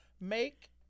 make